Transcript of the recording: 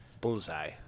Bullseye